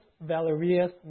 Valerius